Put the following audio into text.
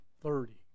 thirty